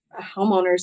homeowners